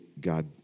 God